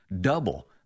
Double